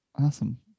Awesome